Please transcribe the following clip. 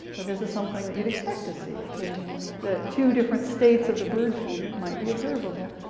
but this is something that you'd expect to see occasionally that two different states of the bird feeder might be observable,